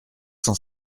cent